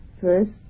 first